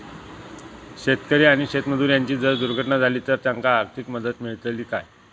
शेतकरी आणि शेतमजूर यांची जर दुर्घटना झाली तर त्यांका आर्थिक मदत मिळतली काय?